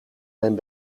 mijn